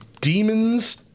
demons